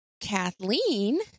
kathleen